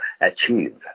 achieve